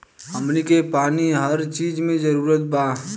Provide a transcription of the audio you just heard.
हमनी के पानी हर चिज मे जरूरी बा